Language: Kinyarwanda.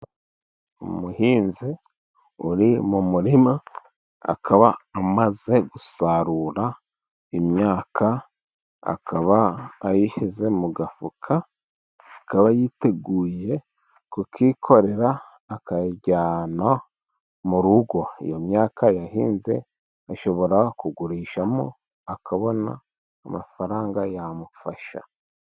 Umuhinzi uri mu murima akaba amaze gusarura imyaka, akaba ayishyize mu gafuka, akaba yiteguye kukikorera akayijyana mu rugo. Iyo myaka yahinze ashobora kugurishamo, akabona amafaranga yamufasha.